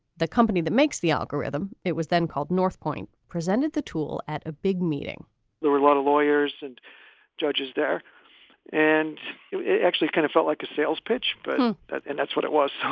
the company that makes the algorithm. it was then called northpoint presented the tool at a big meeting there were a lot of lawyers and judges there and it actually kind of felt like a sales pitch but but and that's what it was.